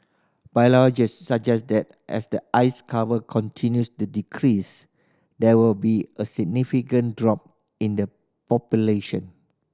suggest that as the ice cover continues to decrease there will be a significant drop in the population